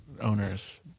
owners